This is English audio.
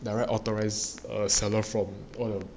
direct authorized err seller from all